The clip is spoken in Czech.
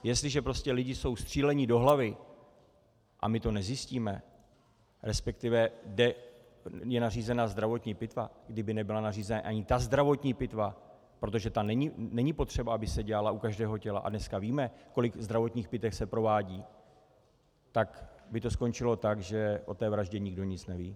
Jestliže prostě lidi jsou stříleni do hlavy a my to nezjistíme, resp. kde není nařízena zdravotní pitva, kdyby nebyla nařízena ani ta zdravotní pitva, protože ani ta není potřeba, aby se dělala u každého těla, a dneska víme, kolik zdravotních pitev se provádí, tak by to skončilo tak, že o té vraždě nikdo nic neví.